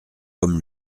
comme